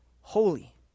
holy